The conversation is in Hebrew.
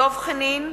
דב חנין,